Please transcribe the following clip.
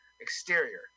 Exterior